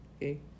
okay